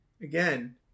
Again